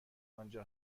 آنجا